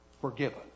Forgiven